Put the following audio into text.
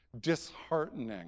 disheartening